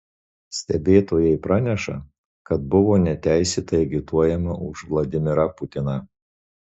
stebėtojai praneša kad buvo neteisėtai agituojama už vladimirą putiną